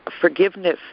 forgiveness